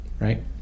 right